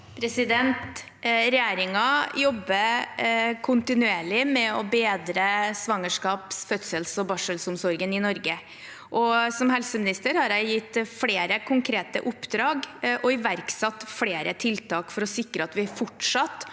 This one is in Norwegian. Regjeringen jobber kontinuerlig med å bedre svangerskaps-, fødsels- og barselomsorgen i Norge. Som helseminister har jeg gitt flere konkrete oppdrag og iverksatt flere tiltak for å sikre at vi fortsatt